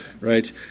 right